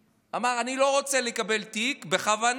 אני לא רוצה לקבל תיק, בכוונה אני לוקח